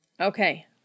Okay